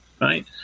right